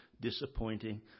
disappointing